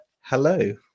hello